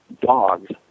dogs